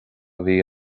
bhí